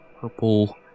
purple